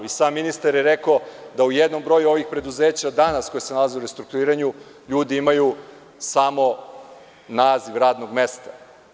I sam ministar je rekao da u jednom broju ovih preduzeća danas, koja se nalaze u restruktuiranju, ljudi imaju samo naziv radnog mesta.